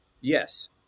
Yes